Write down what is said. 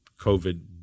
COVID